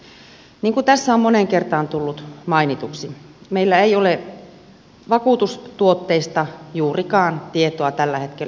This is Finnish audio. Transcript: niin kuin tässä on moneen kertaan tullut mainituksi meillä ei ole vakuutustuotteista juurikaan tietoa tällä hetkellä